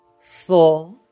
four